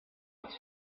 its